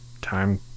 Time